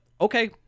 okay